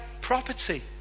property